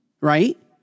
right